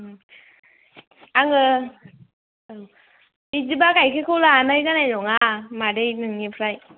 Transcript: आङो औ बिदिब्ला गाइखेरखौ लानाय जानाय नङा मादै नोंनिफ्राय